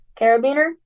carabiner